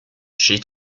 she